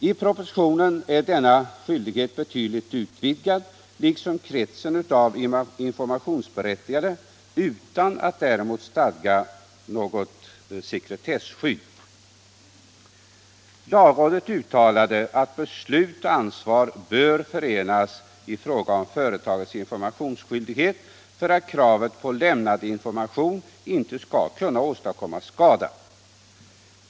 I propositionen är denna skyldighet betydligt utvidgad liksom kretsen av informationsberättigade, utan att ett däremot svarande sekretesskydd stadgas. Lagrådet uttalade att beslut och ansvar bör förenas i fråga om företagets informationsskyldighet för att kravet på lämnad information inte skall kunna åstadkomma skada.